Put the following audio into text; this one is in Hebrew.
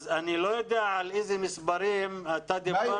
אז אני לא יודע על איזה מספרים אתה דיברת.